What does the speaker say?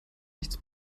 nichts